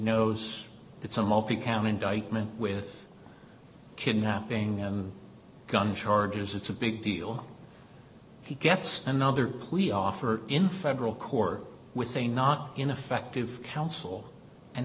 knows it's a multi cam indictment with kidnapping and gun charges it's a big deal he gets another plea offer in federal court with a not ineffective counsel and